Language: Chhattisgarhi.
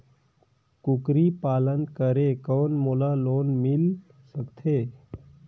कूकरी पालन करे कौन मोला लोन मिल सकथे?